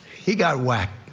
he got whacked.